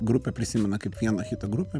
grupę prisimena kaip vieno hito grupę